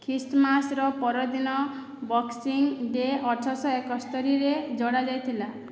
ଖ୍ରୀଷ୍ଟମାସ୍ର ପରଦିନ boxing day ଅଠରଶହ ଏକସ୍ତୋରିରେ ଯୋଡ଼ା ଯାଇଥିଲା